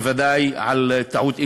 בוודאי על טעות אנושית.